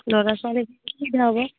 ল'ৰা ছোৱালী সুবিধা হ'ব